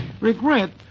Regret